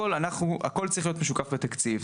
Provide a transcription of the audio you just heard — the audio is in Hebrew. הכול צריך להיות משוקף בתקציב,